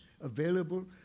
available